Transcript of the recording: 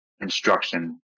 instruction